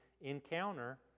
encounter